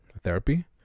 therapy